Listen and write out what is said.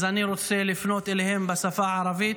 אז אני רוצה לפנות אליהם בשפה הערבית